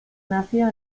nació